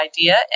idea